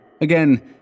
Again